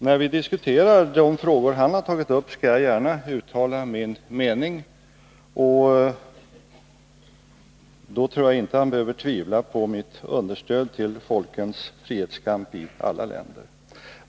När vi diskuterar de frågor han har tagit upp skall jag gärna utveckla min mening, och då tror jag inte att han behöver tvivla på mitt understöd till folkens frihetskamp i alla länder.